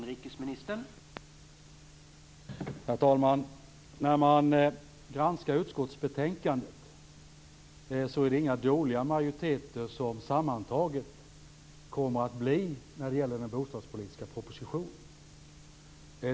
Herr talman! När man granskar utskottsbetänkandet ser man att det sammantaget inte kommer att bli några dåliga majoriteter när det gäller den bostadspolitiska propositionen.